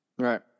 Right